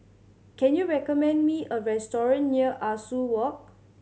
can you recommend me a restaurant near Ah Soo Walk